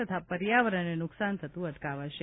તથા પર્યાવરણને નુકસાન થતું અટકાવાશે